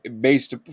based